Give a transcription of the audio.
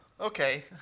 okay